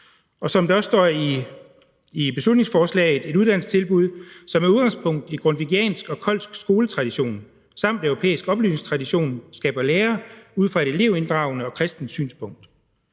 Og som der også står i beslutningsforslaget, er det et uddannelsestilbud, som med udgangspunkt i en grundtvigiansk og koldsk skoletradition samt europæisk oplysningstradition skaber lærere ud fra et elevinddragende og kristent synspunkt.